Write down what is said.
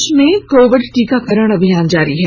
देश में कोविड टीकाकरण अभियान जारी है